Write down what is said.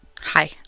Hi